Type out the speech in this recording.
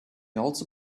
also